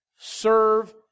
serve